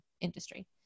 industry